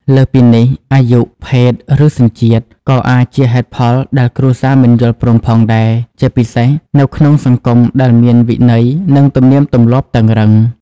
លើសពីនេះ អាយុ ភេទ ឬសញ្ជាតិ ក៏អាចជាហេតុផលដែលគ្រួសារមិនយល់ព្រមផងដែរ ជាពិសេសនៅក្នុងសង្គមដែលមានវិន័យ និងទំនៀមទម្លាប់តឹងរ៉ឹង។